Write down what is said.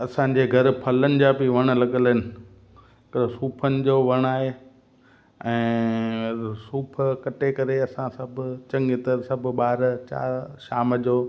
असांजे घरु फलनि जा बि वण लॻियलु आहिनि त सूफ़नि जो वण आहे ऐं सूफ़ कटे करे असां सभु चङी तरह सभु ॿार शाम जो